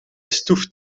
stoeft